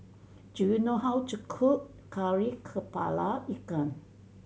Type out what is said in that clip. do you know how to cook Kari Kepala Ikan